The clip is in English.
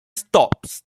stops